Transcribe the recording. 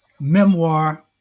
Memoir